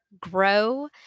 grow